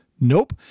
Nope